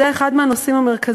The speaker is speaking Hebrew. זה היה אחד מהנושאים המרכזיים.